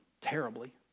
terribly